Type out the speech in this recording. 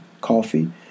coffee